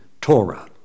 Torah